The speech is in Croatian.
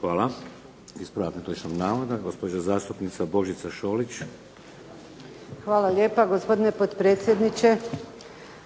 Hvala. Ispravak netočnog navoda, gospođa zastupnica Božica Šolić. **Šolić, Božica (HDZ)** Hvala lijepa. Gospodine potpredsjedniče,